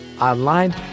online